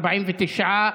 49,